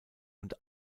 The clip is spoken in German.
und